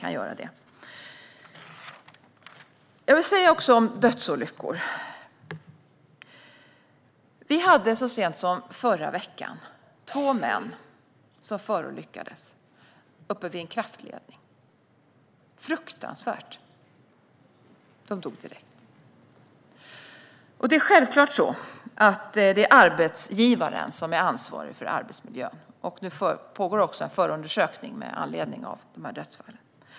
När det gäller dödsolyckor var det så sent som förra veckan två män som förolyckades uppe vid en kraftledning - fruktansvärt! De dog direkt. Självklart är det arbetsgivaren som är ansvarig för arbetsmiljön, och en förundersökning pågår också med anledning av dessa dödsfall.